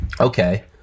okay